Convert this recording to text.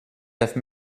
have